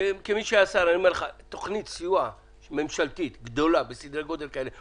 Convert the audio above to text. כמי שעשה תכנית סיוע ממשלתית גדולה בסדרי גודל כאלה,